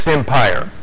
empire